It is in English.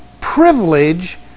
privilege